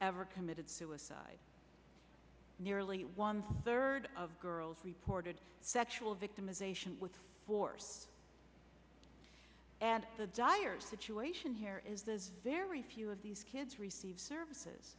ever committed suicide nearly one third of girls reported sexual victimization with force and the dire situation here is very few of these kids receive services